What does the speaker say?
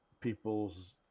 people's